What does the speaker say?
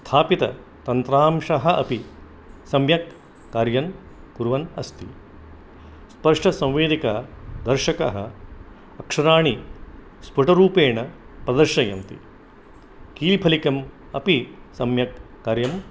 स्थापिततन्त्रांशः अपि सम्यक् कार्यं कुर्वन् अस्ति स्पर्शसंवेदिका दर्शकः अक्षराणि स्फुटरूपेण प्रदर्शयन्ति कीलिफलिकम् अपि सम्यक् कार्यं